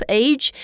age